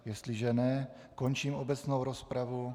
Jestliže ne, končím obecnou rozpravu.